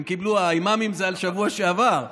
הם קיבלו, האימאמים זה על השבוע שעבר.